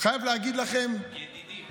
ידידים, במלרע.